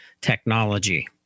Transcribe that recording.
technology